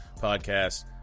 podcast